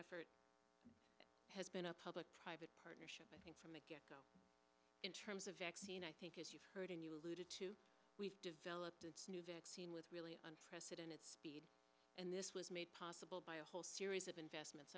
effort has been a public private partnership i think from the get go in terms of vaccine i think as you've heard and you alluded to we've developed a new vaccine with really unprecedented speed and this was made possible by a whole series of investments